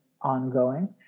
ongoing